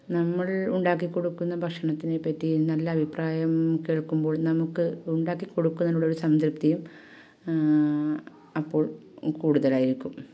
നമ്മൾ ഉണ്ടാക്കി കൊടുക്കുന്ന ഭക്ഷണത്തിനെപ്പറ്റി നല്ല അഭിപ്രായം കേൾക്കുമ്പോൾ നമുക്ക് ഉണ്ടാക്കി കൊടുക്കാനുള്ള സംതൃപ്തിയും അപ്പോൾ കൂടുതലായിരിക്കും